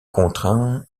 contraint